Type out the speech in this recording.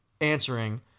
answering